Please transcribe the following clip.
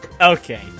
Okay